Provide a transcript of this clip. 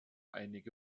einige